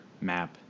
map